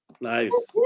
Nice